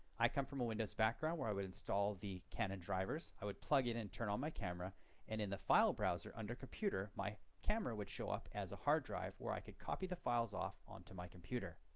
i come from a windows background where i would install the canon drivers, i would plug in and turn on my camera and in the file browser under computer my camera would show up as a hard drive where i could copy the files off onto my computer.